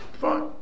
Fine